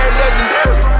legendary